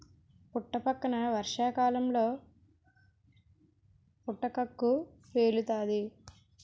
పుట్టపక్కన వర్షాకాలంలో పుటకక్కు పేలుతాది